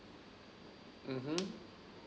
mmhmm